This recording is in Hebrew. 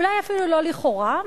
ואולי אפילו לא לכאורה,